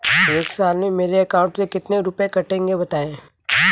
एक साल में मेरे अकाउंट से कितने रुपये कटेंगे बताएँ?